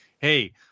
Hey